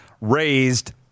raised